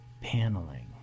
paneling